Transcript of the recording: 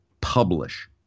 publish